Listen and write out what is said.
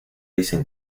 dicen